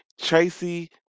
tracy